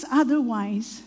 otherwise